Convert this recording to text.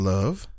Love